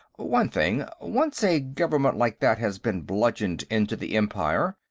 one thing once a government like that has been bludgeoned into the empire,